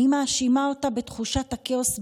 אני מאשימה אותה בתחושת הכאוס בעם,